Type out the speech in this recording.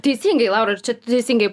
teisingai laura ir čia tu teisingai